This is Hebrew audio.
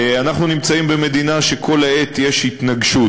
ואנחנו נמצאים במדינה שכל העת יש בה התנגשות,